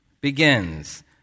begins